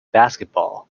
basketball